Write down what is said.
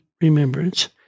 remembrance